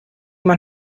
man